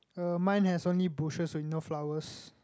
uh mine has only bushes with no flowers